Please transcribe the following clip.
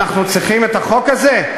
אנחנו צריכים את החוק הזה?